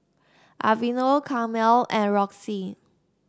Aveeno Camel and Roxy